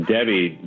Debbie